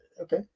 Okay